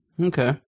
Okay